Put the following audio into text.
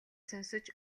сонсож